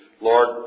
Lord